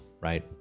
right